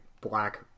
black